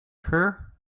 her